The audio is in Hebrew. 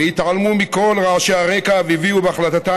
התעלמו מכל רעשי הרקע והביאו בהחלטתם